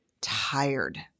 tired